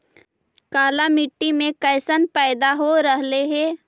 काला मिट्टी मे कैसन पैदा हो रहले है?